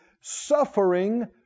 suffering